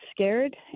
scared